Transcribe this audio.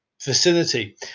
facility